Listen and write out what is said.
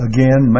Again